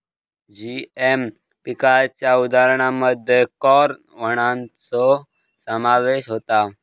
GM पिकांच्या उदाहरणांमध्ये corn वाणांचो समावेश होता